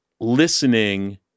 listening